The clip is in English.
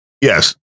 yes